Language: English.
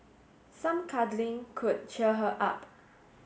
some cuddling could cheer her up